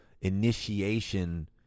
initiation